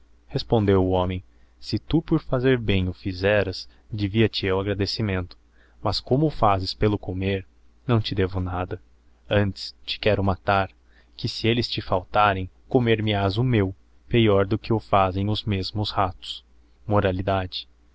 respondeo o homem se tu por fazer bem o fizeras devia te eu agradecimento mas como o fazes pelo comer não te devo nada antes te quero matar que se elles te faltarem comer me has o meu peior do que o fazem os mesmos ratos